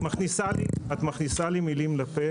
את מכניסה לי מילים לפה.